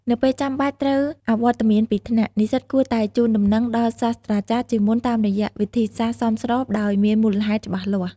នៅពេលចាំបាច់ត្រូវអវត្តមានពីថ្នាក់ និស្សិតគួរតែជូនដំណឹងដល់សាស្រ្តាចារ្យជាមុនតាមរយៈវិធីសាស្រ្តសមស្របដោយមានមូលហេតុច្បាស់លាស់។